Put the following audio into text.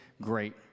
great